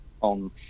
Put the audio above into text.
on